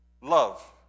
Love